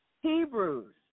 Hebrews